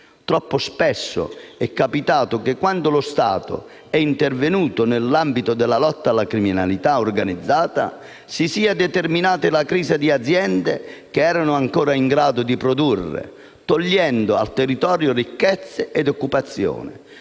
Troppo spesso è capitato che quando lo Stato è intervenuto nell'ambito della lotta alla criminalità organizzata si sia determinata la crisi di aziende che erano ancora in grado di produrre, togliendo al territorio ricchezza ed occupazione.